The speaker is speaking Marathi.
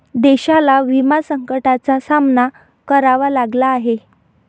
देशाला विमा संकटाचा सामना करावा लागला आहे